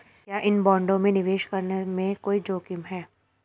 क्या इन बॉन्डों में निवेश करने में कोई जोखिम है?